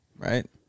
Right